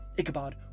Ichabod